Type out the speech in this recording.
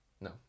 No